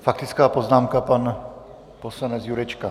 Faktická poznámka, pan poslanec Jurečka.